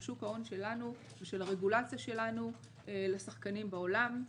של שוק ההון שלנו ושל הרגולציה שלנו לשחקנים בעולם.